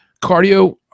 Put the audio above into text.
Cardio